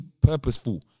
purposeful